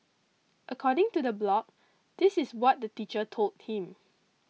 according to the blog this is what the teacher told him